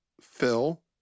Phil